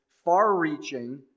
far-reaching